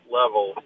level